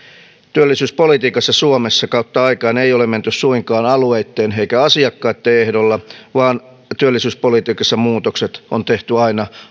työllisyyspolitiikassa suomessa kautta aikain ei ole menty suinkaan alueitten eikä asiakkaitten ehdoilla vaan työllisyyspolitiikassa muutokset on tehty aina